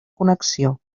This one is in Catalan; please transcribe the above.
connexió